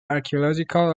archaeological